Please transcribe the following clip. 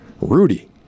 Rudy